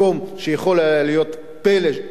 שיכול היה להיות פלא אדיר,